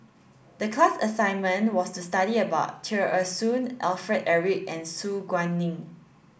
the class assignment was to study about Tear Ee Soon Alfred Eric and Su Guaning